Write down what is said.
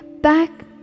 back